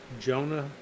Jonah